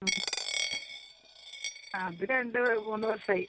ഉം ആ അത് രണ്ട് മൂന്ന് വർഷമായി